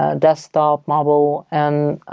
ah desktop, mobile and